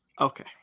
Okay